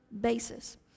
basis